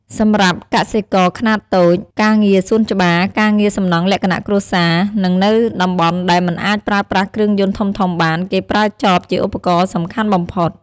សម្រាប់កសិករខ្នាតតូច ការងារសួនច្បារ ការងារសំណង់លក្ខណៈគ្រួសារ និងនៅតំបន់ដែលមិនអាចប្រើប្រាស់គ្រឿងយន្តធំៗបាន គេប្រើចបជាឧបករណ៍សំខាន់បំផុត។